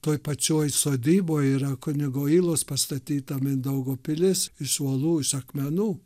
toj pačioj sodyboj yra kunigo ylos pastatyta mindaugo pilis iš uolų akmenų